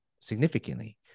significantly